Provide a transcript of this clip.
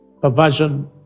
perversion